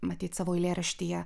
matyt savo eilėraštyje